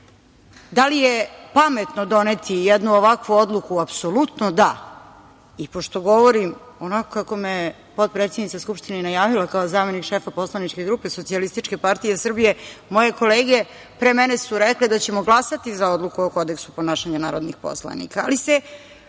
Da li je pametno doneti jednu ovakvu odluku? Apsolutno da. Pošto govorim, onako kako me je potpredsednica Skupštine i najavila, kao zamenik šefa poslaničke grupe SPS, moje kolege pre mene su rekle da ćemo glasati za odluku o kodeksu ponašanja narodnih poslanika,